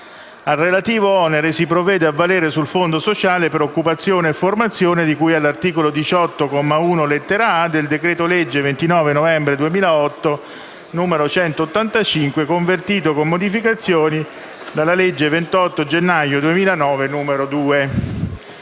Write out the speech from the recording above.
Al relativo onere si provvede a valere sul Fondo sociale per occupazione e formazione di cui all'articolo 18, comma 1, lettera *a)*, del decreto-legge 29 novembre 2008, n. 185, convertito con modificazioni dalla legge 28 gennaio 2009, n. 2».